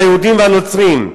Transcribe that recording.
זה היהודים והנוצרים.